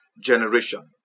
generation